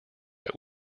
that